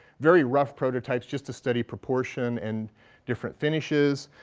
very rough prototypes, just to study proportion and different finishes.